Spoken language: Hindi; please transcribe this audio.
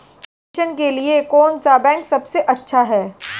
प्रेषण के लिए कौन सा बैंक सबसे अच्छा है?